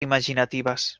imaginatives